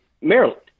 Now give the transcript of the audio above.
Maryland